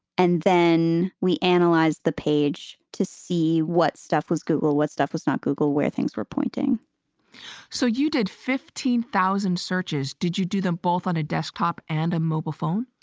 and then we analyzed the page to see what stuff was google, what stuff was not google, where things were pointing so you did fifteen thousand searches. did you do them both on a desktop and a mobile phone?